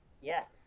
Yes